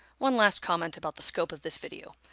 one last comment about the scope of this video.